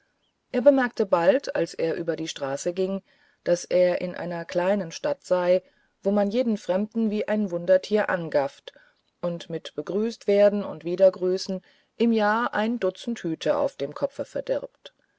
er bemerkte bald als er über die straße ging daß er in einer kleinen stadt sei wo man jeden fremden wie ein wundertier angafft und mit begrüßtwerden und wiedergrüßen im jahr ein dutzend hüte auf dem kopfe verdirbt